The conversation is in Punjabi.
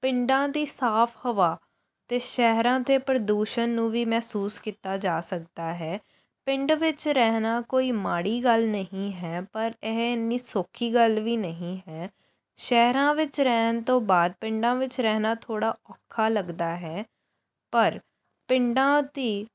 ਪਿੰਡਾਂ ਦੀ ਸਾਫ ਹਵਾ ਅਤੇ ਸ਼ਹਿਰਾਂ ਦੇ ਪ੍ਰਦੂਸ਼ਣ ਨੂੰ ਵੀ ਮਹਿਸੂਸ ਕੀਤਾ ਜਾ ਸਕਦਾ ਹੈ ਪਿੰਡ ਵਿੱਚ ਰਹਿਣਾ ਕੋਈ ਮਾੜੀ ਗੱਲ ਨਹੀਂ ਹੈ ਪਰ ਇਹ ਇੰਨੀ ਸੌਖੀ ਗੱਲ ਵੀ ਨਹੀਂ ਹੈ ਸ਼ਹਿਰਾਂ ਵਿੱਚ ਰਹਿਣ ਤੋਂ ਬਾਅਦ ਪਿੰਡਾਂ ਵਿੱਚ ਰਹਿਣਾ ਥੋੜ੍ਹਾ ਔਖਾ ਲੱਗਦਾ ਹੈ ਪਰ ਪਿੰਡਾਂ ਦੀ